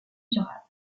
durable